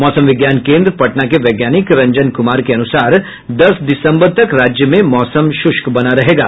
मौसम विज्ञान केन्द्र पटना के वैज्ञानिक रंजन कुमार के अनुसार दस दिसंबर तक राज्य में मौसम शुष्क बना रहेगा